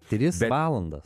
tris valandas